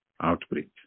outbreak